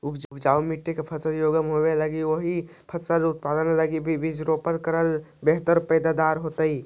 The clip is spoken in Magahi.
उपजाऊ मट्टी जे फसल के योग्य होवऽ हई, ओही फसल के उत्पादन लगी बीजारोपण करऽ तो बेहतर पैदावार होतइ